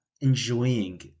enjoying